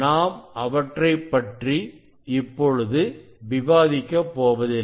நாம் அவற்றைப் பற்றி இப்பொழுது விவாதிக்கப் போவதில்லை